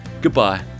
Goodbye